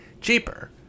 cheaper